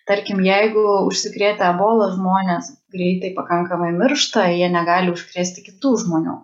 tarkim jeigu užsikrėtę ebola žmonės greitai pakankamai miršta jie negali užkrėsti kitų žmonių